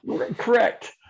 Correct